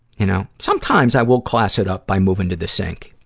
you know. sometimes i will class it up by moving to the sink.